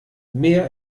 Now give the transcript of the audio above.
mehr